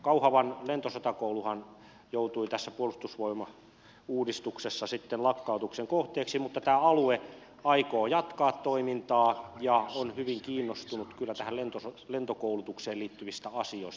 kauhavan lentosotakouluhan joutui tässä puolustusvoimauudistuksessa lakkautuksen kohteeksi mutta tämä alue aikoo jatkaa toimintaa ja on hyvin kiinnostunut kyllä tähän lentokoulutukseen liittyvistä asioista